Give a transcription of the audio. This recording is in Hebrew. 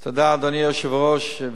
תודה, אדוני היושב-ראש.